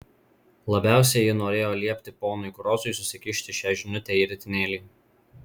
labiausiai ji norėjo liepti ponui krosui susikišti šią žinutę į ritinėlį